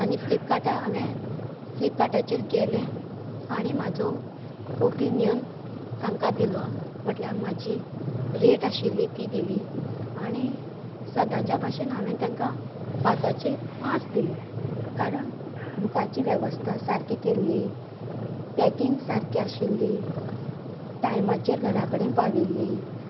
आनी फ्लिपकार्टा हांवें फ्लिपकार्टाचेर गेले आनी म्हाजो ओपीनीयन तांकां दिलो म्हणल्यार म्हाजी रेट आशिल्ली ती दिली आनी सदाच्या बशेन हांवेंन तांका पांचाचे पांच दिली कारण बुकाची वेवस्था सारकी केल्ली पॅकींग सारकी आशिल्ली टायमाचेर घरा कडेन पाविल्ली